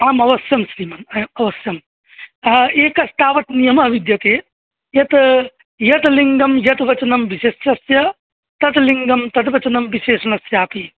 आम् अवश्यं श्रीमन् अवश्यं एकस्तावत् नियमः विद्यते यत् यत् लिङ्गं यत्वचनं विशेषस्य तद् लिङ्गं तद् वचनं विशेषणस्यापि